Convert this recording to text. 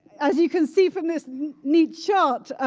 as you can see from this neat chart,